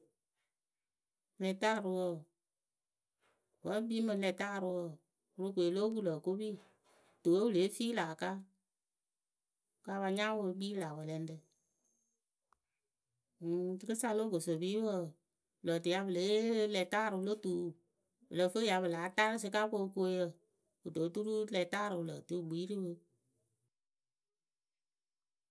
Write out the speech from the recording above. Lɛtaarɨwǝ wǝǝ wǝ́ e kpii mɨ lɛtaarɨwǝ worokoe lóo kuŋ lǝ̈ okopi tuwe wǝ́ lée fii lä aka. ka pa nya wɨ e kpii lä wɛlɛŋrǝ ǝŋ rɨkɨsa lo okosopiipǝ wǝǝ pɨ lǝǝ tɨ ya pɨ lée yee lɛtaarǝwǝ lo tuu pɨ lǝ fɨ ya pɨ láa taa rɨ sɩkakookooyǝ kɨto oturu lɛtaarǝ wǝ lǝǝ tɨ wɨ kpii rɨ pɨ.